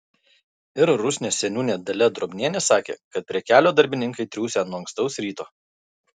ir rusnės seniūnė dalia drobnienė sakė kad prie kelio darbininkai triūsia nuo ankstaus ryto